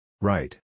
Right